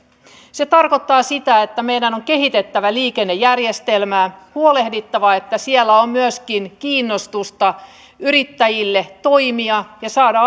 se tarkoittaa sitä että meidän on kehitettävä liikennejärjestelmää huolehdittava että siellä on myöskin kiinnostusta yrittäjille toimia ja saada